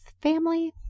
family